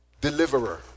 deliverer